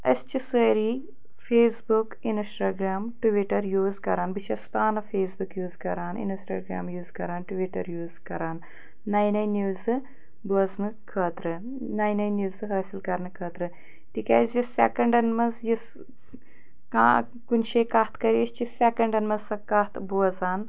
اسہِ چھِ سٲری Facebook Instagram Twitter use کران بہٕ چھس پانہٕ فیس بُک یوٗز کران انسٹاگرام یوٗز کران ٹُویٖٹر یوٗز کران نیہِ نیہِ نیوزٕ بوزنہٕ خٲطرٕ نیہِ نیہِ نیوزٕ حٲصِل کرنہٕ خٲطرٕ تِکیٛازِ سٮ۪کنڈن منٛز یُس کانٛہہ کُنہِ جٲے کتھ کرِ أسۍ چھِ سٮ۪کنڈن منٛز سۄ کتھ بوزان